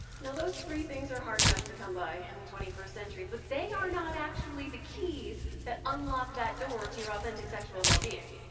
those three things are hard enough to come by in the twenty first century, but they are not actually the keys that unlock that door to your authentic sexual well-being.